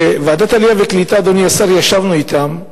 אדוני השר, בוועדת העלייה והקליטה ישבנו אתם.